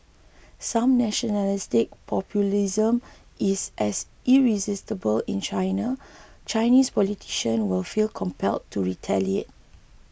since nationalistic populism is as irresistible in China Chinese politician will feel compelled to retaliate